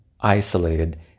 Isolated